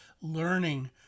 learning